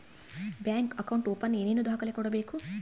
Bank account open ಏನೇನು ದಾಖಲೆ ಕೊಡಬೇಕು?